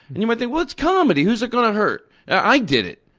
you might think, well, it's comedy. who's it going to hurt? i did it,